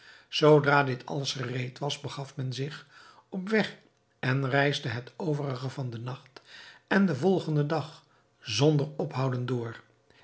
zoodra dit alles gereed was begaf men zich op weg en reisde het overige van den nacht en den volgenden dag zonder ophouden door